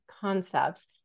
concepts